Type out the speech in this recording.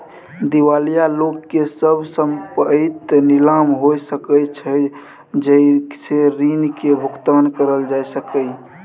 दिवालिया लोक के सब संपइत नीलाम हो सकइ छइ जइ से ऋण के भुगतान करल जा सकइ